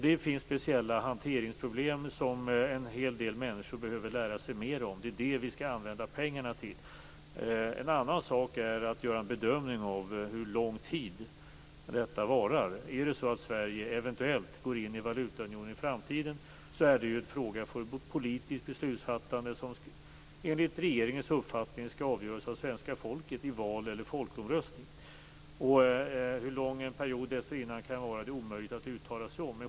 Det finns speciella hanteringsproblem som en hel del människor behöver lära sig mer om. Det är det vi skall använda pengarna till. En annan sak är att göra en bedömning av hur lång tid detta varar. Är det så att Sverige eventuellt går in i valutaunionen i framtiden är det ju en fråga för politiskt beslutsfattande. Enligt regeringens uppfattning skall detta avgöras av svenska folket i val eller folkomröstning. Hur lång en period dessförinnan kan vara är omöjligt att uttala sig om.